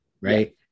Right